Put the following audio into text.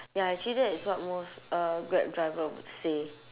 ya actually that is what most uh grab driver would say